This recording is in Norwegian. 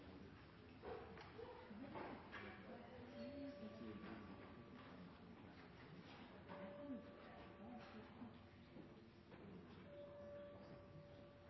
tok opp det med